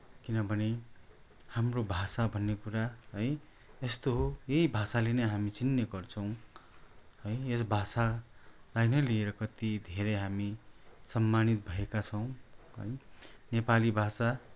किनभने हाम्रो भाषा भन्ने कुरा है यस्तो हो यहीँ भाषाले नै हामी चिनिने गर्छौँ है यस भाषालाई नै लिएर कति धेरै हामी सम्मानित भएका छौँ है नेपाली भाषा